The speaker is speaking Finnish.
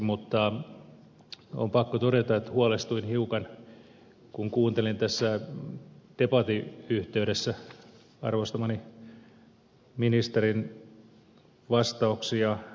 mutta on pakko todeta että huolestuin hiukan kun kuuntelin tässä debatin yhteydessä arvostamani ministerin vastauksia yliopistokeskusten asemasta